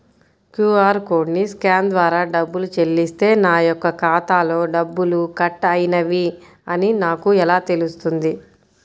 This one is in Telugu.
క్యూ.అర్ కోడ్ని స్కాన్ ద్వారా డబ్బులు చెల్లిస్తే నా యొక్క ఖాతాలో డబ్బులు కట్ అయినవి అని నాకు ఎలా తెలుస్తుంది?